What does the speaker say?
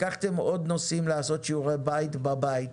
לקחתם עוד נושאים לעשות שיעורי בית בבית.